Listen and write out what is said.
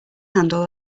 handle